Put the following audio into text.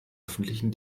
öffentlichen